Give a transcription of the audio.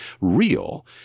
real